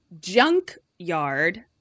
junkyard